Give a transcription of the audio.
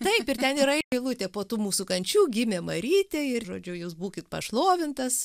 taip ir ten yra eilutė po tų mūsų kančių gimė marytė ir žodžiu jūs būkit pašlovintas